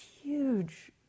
huge